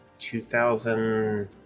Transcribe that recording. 2000